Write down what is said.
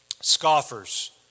Scoffers